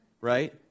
Right